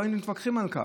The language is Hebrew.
לא היינו מתווכחים על כך.